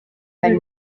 hari